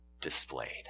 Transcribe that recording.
displayed